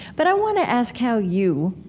but i want to ask how you,